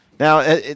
Now